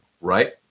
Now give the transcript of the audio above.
right